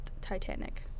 Titanic